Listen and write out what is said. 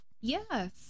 Yes